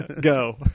Go